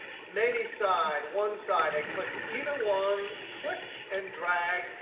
many side, one side, and click either one. click and drag,